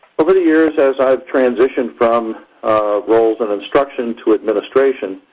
over the years, as i have transitioned from roles in instruction to administration,